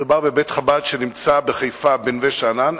מדובר בבית-חב"ד שנמצא בחיפה, בנווה-שאנן.